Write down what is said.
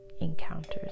encounters